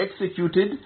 executed